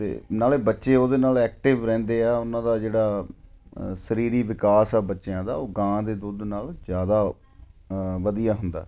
ਅਤੇ ਨਾਲੇ ਬੱਚੇ ਉਹਦੇ ਨਾਲ ਐਕਟਿਵ ਰਹਿੰਦੇ ਆ ਉਹਨਾਂ ਦਾ ਜਿਹੜਾ ਸਰੀਰੀ ਵਿਕਾਸ ਆ ਬੱਚਿਆਂ ਦਾ ਉਹ ਗਾਂ ਦੇ ਦੁੱਧ ਨਾਲ ਜ਼ਿਆਦਾ ਵਧੀਆ ਹੁੰਦਾ